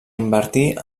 invertir